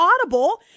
audible